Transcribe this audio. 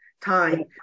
time